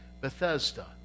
Bethesda